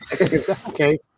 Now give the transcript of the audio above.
Okay